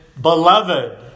Beloved